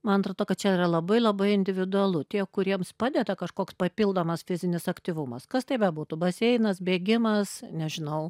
man atrodo kad čia yra labai labai individualu tie kuriems padeda kažkoks papildomas fizinis aktyvumas kas tai bebūtų baseinas bėgimas nežinau